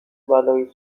بلایی